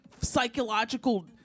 psychological